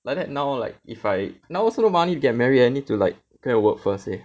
like that now like if I now also no money to get married leh need to like go and work first leh